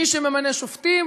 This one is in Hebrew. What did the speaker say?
מי שממנה שופטים